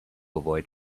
avoid